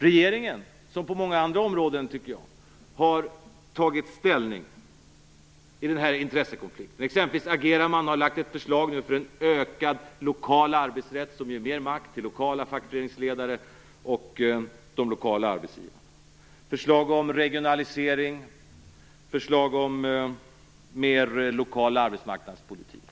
Regeringen har tagit ställning på många andra områden. Exempelvis agerar man nu och har lagt förslag om en ökad lokal arbetsrätt som ger mer makt till lokala fackföreningsledare och de lokala arbetsgivarna, förslag om regionalisering och förslag om mer lokal arbetsmarknadspolitik.